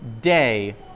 day